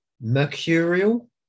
Mercurial